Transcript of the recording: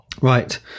Right